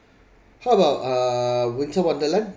how about uh winter wonderland